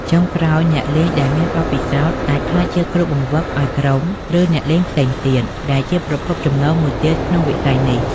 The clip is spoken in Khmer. ចុងក្រោយ អ្នកលេងដែលមានបទពិសោធន៍អាចក្លាយជា គ្រូបង្វឹក ឱ្យក្រុម ឬអ្នកលេងផ្សេងទៀត ដែលជាប្រភពចំណូលមួយទៀតក្នុងវិស័យនេះ។